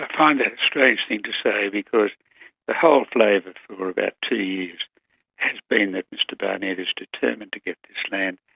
a kind of strange thing to say because the whole flavour for about two years has been that mr barnett is determined to get this land,